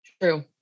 True